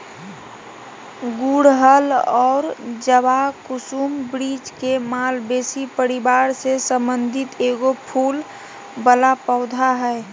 गुड़हल और जवाकुसुम वृक्ष के मालवेसी परिवार से संबंधित एगो फूल वला पौधा हइ